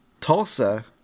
Tulsa